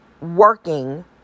working